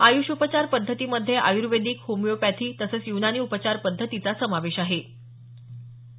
आयुष उपचार पद्धतीमध्ये आयुर्वेदिक होमिओपॅथी तसंच युनानी उपचार पद्धतीचा समावेश होतो